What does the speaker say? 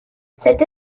cette